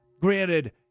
Granted